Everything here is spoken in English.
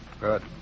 Good